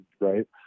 right